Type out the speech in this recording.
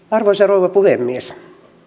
arvoisa rouva puhemies